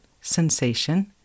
sensation